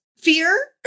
fear